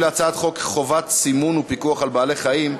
חוק להסדרת הפיקוח על כלבים (תיקון,